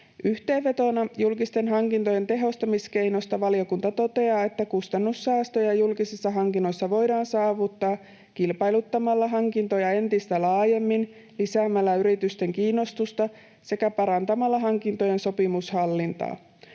Yhteenvetona julkisten hankintojen tehostamiskeinoista valiokunta toteaa, että kustannussäästöjä julkisissa hankinnoissa voidaan saavuttaa kilpailuttamalla hankintoja entistä laajemmin, lisäämällä yritysten kiinnostusta sekä parantamalla hankintojen sopimushallintaa.